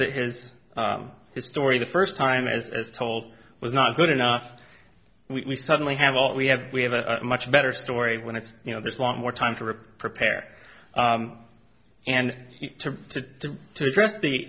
that his his story the first time is as told was not good enough we suddenly have all we have we have a much better story when it's you know there's a lot more time to rip prepare and to to to address the